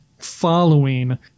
following